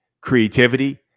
creativity